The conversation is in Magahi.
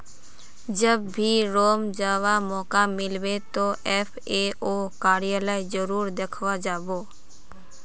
जब भी रोम जावा मौका मिलबे तो एफ ए ओ कार्यालय जरूर देखवा जा बो